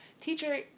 Teacher